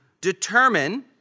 determine